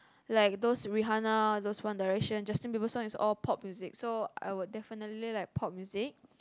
like Rihanna those One-Direction Justin-Bieber song is all pop music so I would definitely like pop music